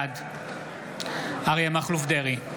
בעד אריה מכלוף דרעי,